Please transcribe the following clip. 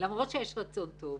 למרות שיש רצון טוב.